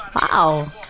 wow